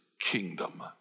kingdom